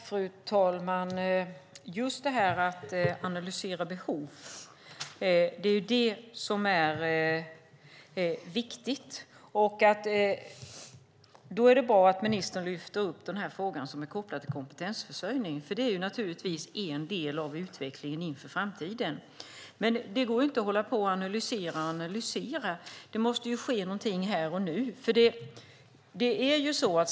Fru talman! Just att analysera behov är viktigt. Det är bra att ministern lyfter upp frågan som är kopplad till kompetensförsörjning. Det är en del av utvecklingen inför framtiden. Men det går inte att hålla på att analysera och analysera. Det måste ske någonting här och nu.